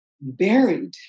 buried